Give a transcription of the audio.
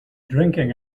drinking